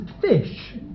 fish